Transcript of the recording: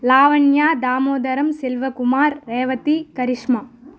Lavanya Damodaram Selva Kumar Revathi Karishma